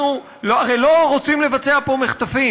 אנחנו הרי לא רוצים לבצע פה מחטפים.